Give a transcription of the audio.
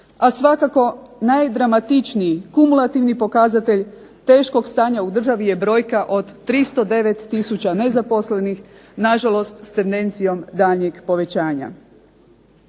a svakako najdramatičniji kumulativni pokazatelj teškog stanja u državi je brojka od 309 tisuća nezaposlenih, na žalost s tendencijom daljnjeg povećanja.